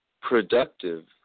productive